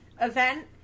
event